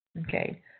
Okay